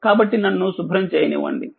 కాబట్టినన్ను శుభ్రం చేయనివ్వండి